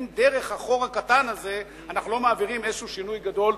אם דרך החור הקטן הזה אנחנו לא מעבירים איזה שינוי גדול,